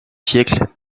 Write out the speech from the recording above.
siècle